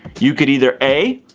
you could either a,